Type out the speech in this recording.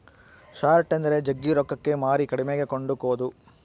short ಎಂದರೆ ಜಗ್ಗಿ ರೊಕ್ಕಕ್ಕೆ ಮಾರಿ ಕಡಿಮೆಗೆ ಕೊಂಡುಕೊದು